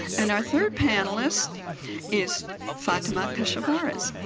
and our third panelist is fatemeh keshavarz.